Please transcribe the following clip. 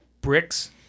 bricks